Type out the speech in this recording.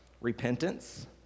repentance